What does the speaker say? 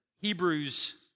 Hebrews